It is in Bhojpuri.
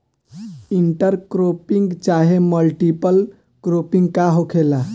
इंटर क्रोपिंग चाहे मल्टीपल क्रोपिंग का होखेला?